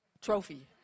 trophy